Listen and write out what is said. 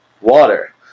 Water